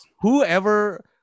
whoever